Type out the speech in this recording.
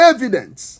Evidence